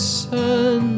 sun